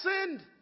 sinned